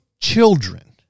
Children